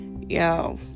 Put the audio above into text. yo